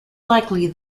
likely